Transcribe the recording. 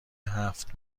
هفت